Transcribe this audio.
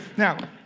now,